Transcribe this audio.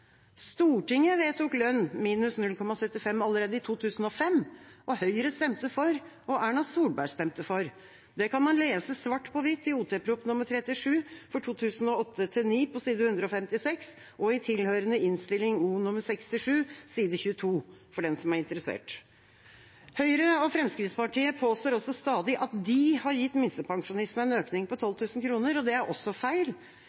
Stortinget vedtok lønn minus 0,75 allerede i 2005. Høyre stemte for. Erna Solberg stemte for. Det kan man lese svart på hvitt i Ot.prp. nr. 37 for 2008–2009, side 156, og i tilhørende Innst. O nr. 67, side 22, for den som er interessert. Høyre og Fremskrittspartiet påstår også stadig at de har gitt minstepensjonistene en økning på 12 000 kr. Det er også feil.